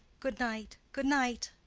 good night, good night!